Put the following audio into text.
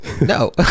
no